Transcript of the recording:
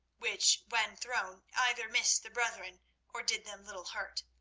which when thrown either missed the brethren or did them little hurt.